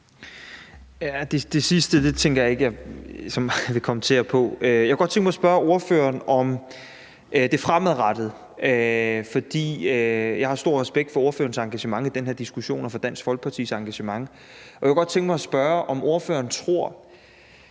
Det sidste tænker jeg ikke at jeg vil kommentere på. Jeg kunne godt tænke mig at spørge ordføreren om det fremadrettede. Jeg har stor respekt for ordførerens engagement i den her diskussion og for Dansk Folkepartis engagement, og jeg kunne godt tænke mig at spørge, om ordføreren tror,